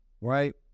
right